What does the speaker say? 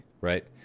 right